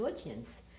audience